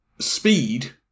speed